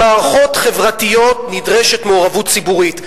במערכות חברתיות נדרשת מעורבות ציבורית,